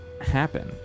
happen